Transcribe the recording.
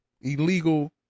illegal